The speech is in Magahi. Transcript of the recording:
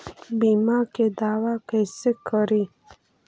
बीमा के दावा कैसे करी?